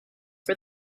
for